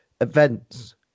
events